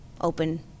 open